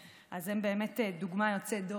אז הן באמת דוגמה יוצאת דופן.